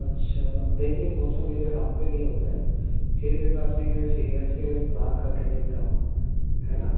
اچھا دیکھیے وہ تو میرے ہاتھ پہ نہیں ہوتا ہے پھر بھی میں اپنے سینئر سے بات کر کے دیکھتا ہوں ہے نا